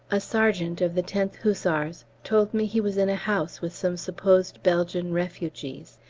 a sergeant of the tenth hussars told me he was in a house with some supposed belgian refugees.